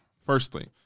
firstly